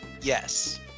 Yes